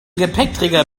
gepäckträger